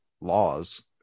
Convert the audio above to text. laws